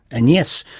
and yes,